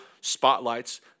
spotlights